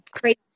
crazy